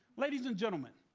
ladies and gentlemen,